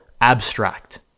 abstract